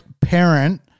parent